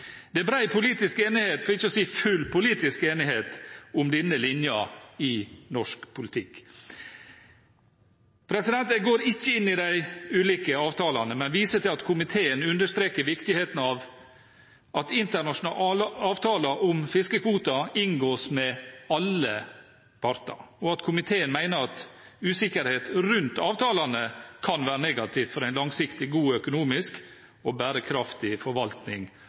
Det er bred – for ikke å si full – politisk enighet om denne linjen i norsk politikk. Jeg går ikke inn i de ulike avtalene, men viser til at komiteen understreker viktigheten av at internasjonale avtaler om fiskekvoter inngås med alle parter, og at komiteen mener at usikkerhet rundt avtalene kan være negativt for en langsiktig og god økonomisk og bærekraftig forvaltning